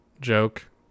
joke